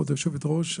כבוד היושבת-ראש,